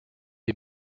est